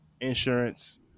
insurance